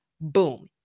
Boom